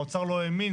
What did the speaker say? האוצר לא האמין,